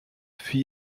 für